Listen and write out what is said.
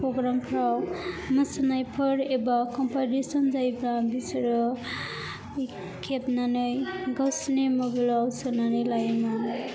प्रग्रामफोराव मोसानायफोर एबा कम्पिटिस'न जायोब्ला बिसोरो खेबनानै गावसोरनि मबाइलआव सोनानै लायोमोन